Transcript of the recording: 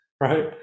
right